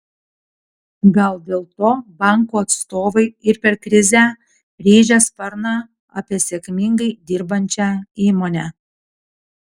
gal dėl to bankų atstovai ir per krizę rėžia sparną apie sėkmingai dirbančią įmonę